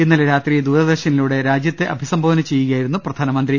ഇന്നലെ രാത്രി ദൂരദർശനിലൂടെ രാജ്യത്തെ അഭിസംബോധന ചെയ്യുകയാ യിരുന്നു പ്രധാനമന്ത്രി